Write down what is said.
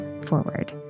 forward